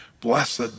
blessed